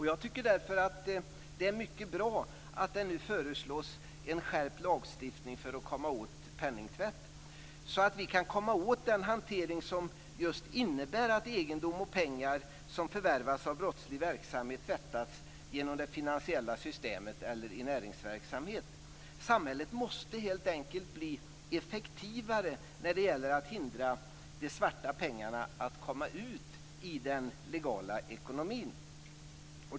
Jag tycker därför att det är mycket bra att en skärpt lagstiftning nu föreslås för att komma åt penningtvätt så att vi därmed kan komma åt den hantering som innebär att egendom och pengar som förvärvas i brottslig verksamhet tvättas genom det finansiella systemet eller i näringsverksamhet. Samhället måste helt enkelt bli effektivare när det gäller att hindra svarta pengar att komma ut i den legala ekonomin.